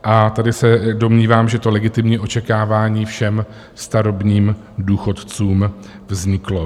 A tady se domnívám, že to legitimní očekávání všem starobním důchodcům vzniklo.